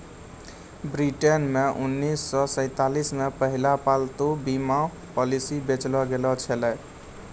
ब्रिटेनो मे उन्नीस सौ सैंतालिस मे पहिला पालतू बीमा पॉलिसी बेचलो गैलो छलै